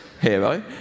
hero